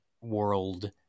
world